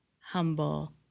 humble